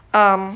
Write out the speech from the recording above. um